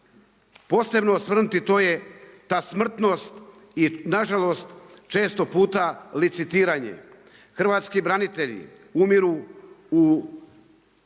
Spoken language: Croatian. posebno osvrnuti, to je ta smrtnost i nažalost često puta licitiranje. Hrvatski branitelji umiru u